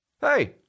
Hey